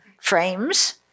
frames